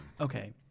Okay